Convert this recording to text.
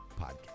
podcast